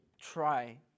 try